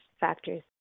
factors